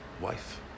wife